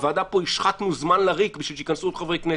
בוועדה פה השחתנו זמן לריק בשביל שייכנסו עוד חברי כנסת.